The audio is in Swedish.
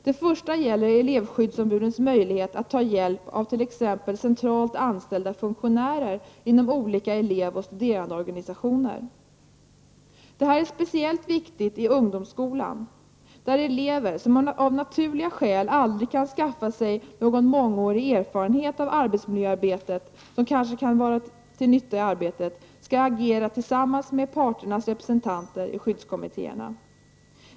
Den första frågan gäller elevskyddsombudens möjlighet att ta hjälp av t.ex. centralt anställda funktionärer inom olika elevoch studerandeorganisationer. Detta är speciellt viktigt i ungdomsskolan, där elever, som av naturliga skäl aldrig kan skaffa sig någon mångårig erfarenhet av arbetsmiljöarbetet som kanske kan vara till nytta i arbetet, skall agera tillsammans med parternas representanter i skyddskommittéerna.